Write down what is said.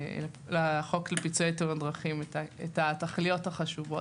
כי בסוף יש לחוק לפיצוי תאונות דרכים את התכליות החשובים.